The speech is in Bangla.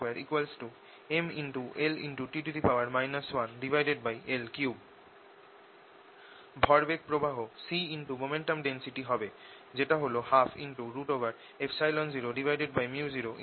C2 MLT 1L3 ভরবেগ প্রবাহ c Momentum density হবে যেটা হল 120µ0E02C